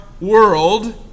world